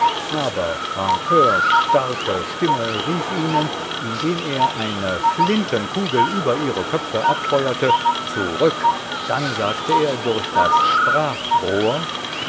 aber francurs starke stimme rief ihnen indem er eine flintenkugel über ihre köpfe abfeuerte zurück dann sagte er durch das sprachrohr